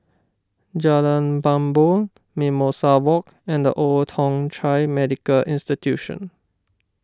Jalan Bumbong Mimosa Walk and the Old Thong Chai Medical Institution